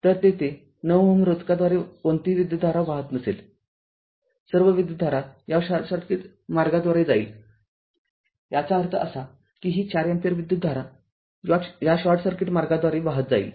तरतेथे ९Ω रोधकाद्वारे कोणतीही विद्युतधारा वाहत नसेलसर्व विद्युतधारा या शॉर्ट सर्किट मार्गाद्वारे जाईलयाचा अर्थ असा की ही ४ अँपिअर विद्युतधारा या शॉर्ट सर्किट मार्गाद्वारे वाहत जाईल